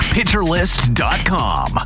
PitcherList.com